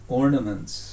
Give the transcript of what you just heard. ornaments